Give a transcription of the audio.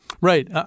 Right